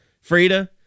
frida